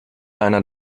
einer